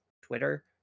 Twitter